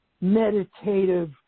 meditative